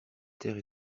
terre